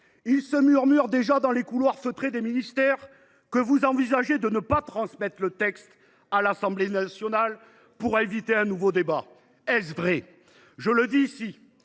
Il se murmure déjà, dans les couloirs feutrés des ministères, que vous envisagez de ne pas transmettre le texte à l’Assemblée nationale pour éviter un nouveau débat. Est ce vrai ? Ce n’est